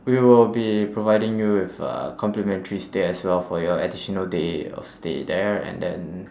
we will be providing you with a complimentary stay as well for your additional day of stay there and then